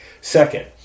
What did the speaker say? Second